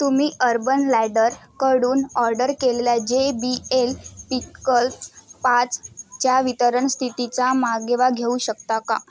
तुम्ही अर्बन लॅडरकडून ऑर्डर केलेल्या जे बी एल पिकल्स पाचच्या वितरण स्थितीचा मागोवा घेऊ शकता का